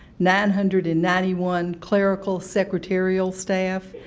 nine hundred and ninety one clerical, secretarial staff,